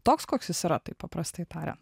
toks koks jis yra taip paprastai tariant